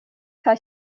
kaj